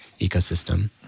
ecosystem